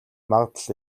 магадлал